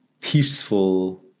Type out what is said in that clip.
peaceful